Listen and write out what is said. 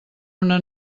una